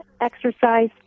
exercise